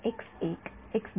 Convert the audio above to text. विद्यार्थी आपल्याला माहित नाही